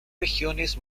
regiones